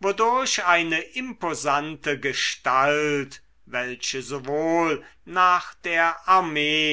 wodurch eine imposante gestalt welche sowohl nach der armee